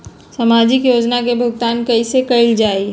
सामाजिक योजना से भुगतान कैसे कयल जाई?